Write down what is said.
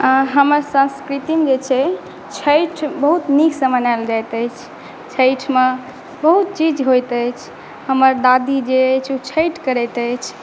हमर संस्कृती मे जे छै छठि बहुत नीक सॅं मनायल जाइत अछि छठिमे बहुत चीज होइत अछि हमर दादी जे अछि ओ छठि करैत अछि